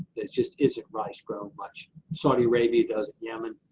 there just isn't rice grown much. saudi arabia doesn't, yemen,